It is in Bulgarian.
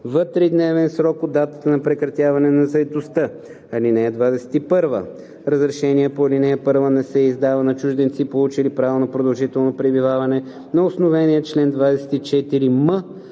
в тридневен срок от датата на прекратяване на заетостта. (21) Разрешение по ал. 1 не се издава на чужденци, получили право на продължително пребиваване на основание чл. 24м,